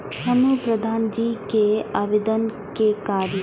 हमू प्रधान जी के आवेदन के करी?